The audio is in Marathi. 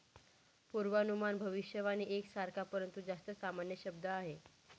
पूर्वानुमान भविष्यवाणी एक सारखा, परंतु जास्त सामान्य शब्द आहे